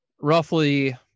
roughly